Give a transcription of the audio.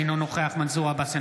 אינו נוכח מנסור עבאס,